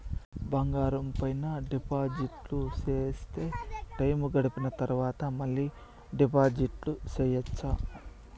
బంగారం పైన డిపాజిట్లు సేస్తే, టైము గడిసిన తరవాత, మళ్ళీ డిపాజిట్లు సెయొచ్చా?